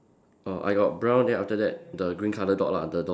err I got brown then after that the green colour dot lah the door